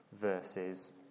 verses